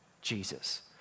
Jesus